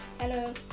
hello